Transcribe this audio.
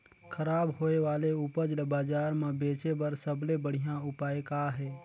खराब होए वाले उपज ल बाजार म बेचे बर सबले बढ़िया उपाय का हे?